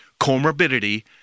comorbidity